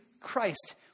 Christ